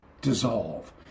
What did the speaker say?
dissolve